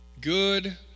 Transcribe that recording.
good